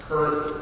hurt